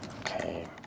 Okay